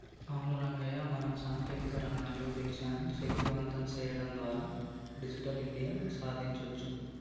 అవును రంగయ్య మనం సాంకేతిక రంగంలో దేశాన్ని శక్తివంతం సేయడం ద్వారా డిజిటల్ ఇండియా సాదించొచ్చు